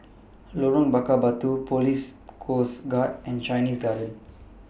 Lorong Bakar Batu Police Coast Guard and Chinese Garden